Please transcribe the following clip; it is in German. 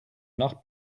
nach